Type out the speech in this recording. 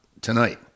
tonight